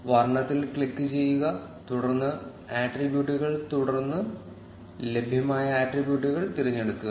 വർണ്ണത്തിൽ ക്ലിക്കുചെയ്യുക തുടർന്ന് ലഭ്യമായ ആട്രിബ്യൂട്ടുകൾ തിരഞ്ഞെടുക്കുക